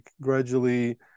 gradually